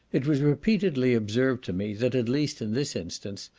it was repeatedly observed to me that, at least in this instance,